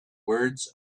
words